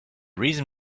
reason